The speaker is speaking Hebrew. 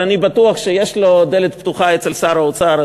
אבל אני בטוח שיש לו דלת פתוחה אצל שר האוצר,